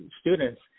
students